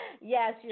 Yes